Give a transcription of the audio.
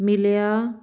ਮਿਲਿਆ